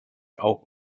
auch